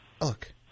Look